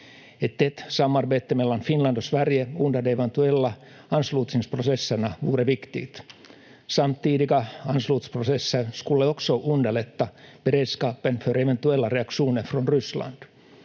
tätt samarbete mellan Finland och Sverige under de eventuella anslutningsprocesserna vore viktigt. Samtidiga anslutningsprocesser skulle också underlätta beredskapen för eventuella reaktioner från Ryssland.